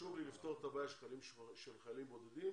חשוב לי לפתור את הבעיה של חיילים בודדים